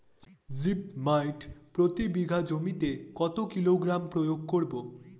Zip মাইট প্রতি বিঘা জমিতে কত কিলোগ্রাম প্রয়োগ করব?